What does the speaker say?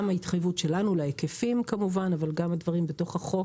- גם ההתחייבות שלנו להיקפים - גם הדברים בתוך החוק.